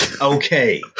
okay